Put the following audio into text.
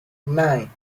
nine